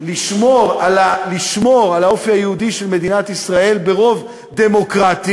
לשמור על האופי היהודי של מדינת ישראל ברוב דמוקרטי,